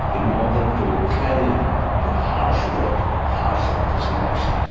in order to carry the harsh word, harsh sort of physical action.